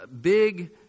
big